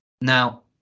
Now